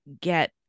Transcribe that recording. get